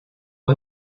pas